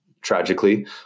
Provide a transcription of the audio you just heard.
tragically